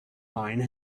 mine